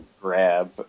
grab